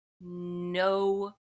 no